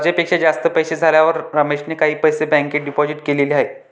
गरजेपेक्षा जास्त पैसे झाल्यावर रमेशने काही पैसे बँकेत डिपोजित केलेले आहेत